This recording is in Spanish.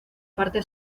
parte